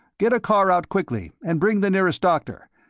get a car out quickly, and bring the nearest doctor.